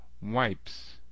wipes